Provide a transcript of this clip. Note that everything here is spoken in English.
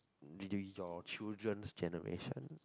your children's generation